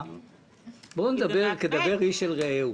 בואו נדבר כדבר איש אל רעהו.